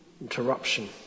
Interruption